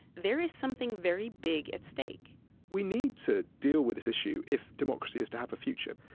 there is something very big at stake we need to deal with this issue if democracy is to have a future.